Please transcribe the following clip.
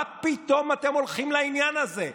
מה פתאום אתם הולכים לעניין הזה?